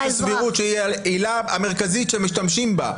הסבירות שהיא העילה המרכזית שמשתמשים בה?